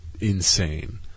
insane